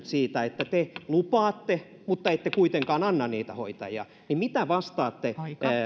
siitä että te lupaatte mutta ette kuitenkaan anna niitä hoitajia niin mitä vastaatte